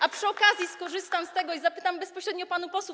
A przy okazji skorzystam z tego i zapytam bezpośrednio panów posłów.